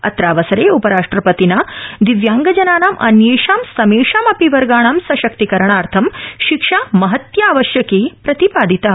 अत्रावसरे उपराष्ट्रपतिना दिव्यांगजनानां अन्येषा समेषामपि वर्गाणां सशक्तिकरणार्थ शिक्षा महत्यावश्यकी प्रतिपादिता